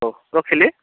ହଉ ରଖିଲି